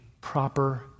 proper